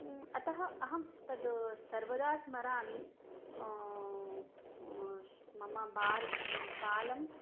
अतः अहं तत् सर्वदा स्मरामि मम बालः बालं